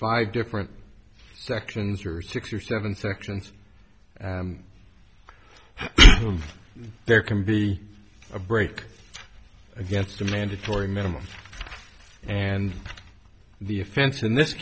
five different sections or six or seven sections there can be a break against a mandatory minimum and the offense in this